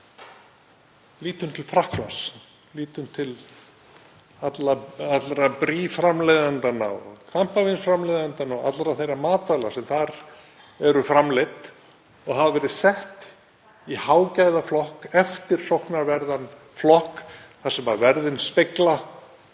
Lítum til Frakklands, lítum til allra Brie-framleiðendanna og kampavínsframleiðendanna og allra þeirra matvæla sem þar eru framleidd og hafa verið sett í hágæðaflokk, eftirsóknarverðan flokk, þar sem verð speglar